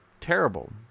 Terrible